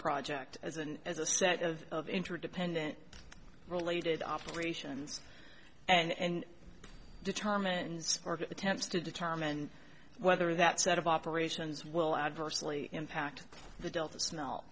project as an as a set of of interdependent related operations and determines attempts to determine whether that set of operations will adversely impact the delta